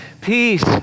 peace